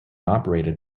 operated